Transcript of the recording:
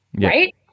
Right